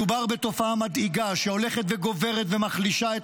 מדובר בתופעה מדאיגה שהולכת וגוברת ומחלישה את